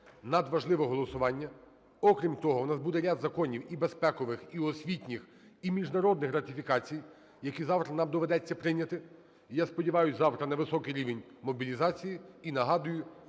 Надважливе голосування. Окрім того, в нас буде ряд законів і безпекових, і освітніх, і міжнародних ратифікацій, які завтра нам доведеться прийняти. І я сподіваюся завтра на високий рівень мобілізації, і нагадую,